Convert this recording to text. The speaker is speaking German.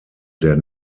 der